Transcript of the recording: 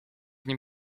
nim